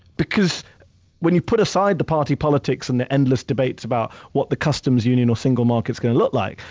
because when you put aside the party politics and the endless debates about what the customs union or single market's going to look like,